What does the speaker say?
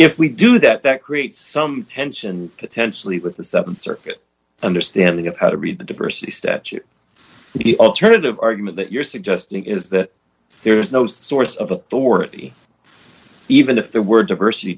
if we do that that creates some tension potentially with the th circuit understanding of how to read the diversity statute the alternative argument that you're suggesting is that there is no source of authority even if there were diversity